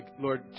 Lord